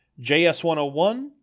JS101